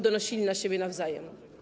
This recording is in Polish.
donosili na siebie nawzajem.